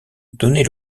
donnez